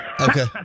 Okay